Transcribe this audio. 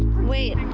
wait